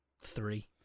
Three